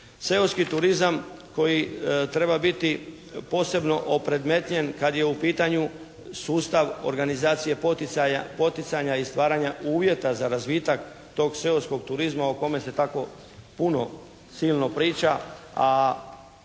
Seoski turizam koji treba biti posebno opredmetnjen kad je u pitanju sustav organizacije poticaja, poticanja i stvaranja uvjeta za razvitak tog seoskog turizma o kome se tako puno, silno priča,